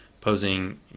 posing